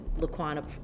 laquan